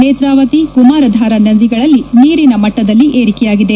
ನೇತ್ರಾವತಿ ಕುಮಾರಧಾರಾ ನದಿಗಳಲ್ಲಿ ನೀರಿನ ಮಟ್ನದಲ್ಲಿ ಏರಿಕೆಯಾಗಿದೆ